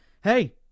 hey